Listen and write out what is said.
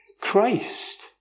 Christ